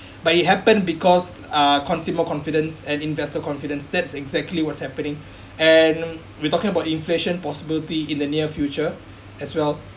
but it happened because uh consumer confidence and investor confidence that's exactly what's happening and we're talking about inflation possibility in the near future as well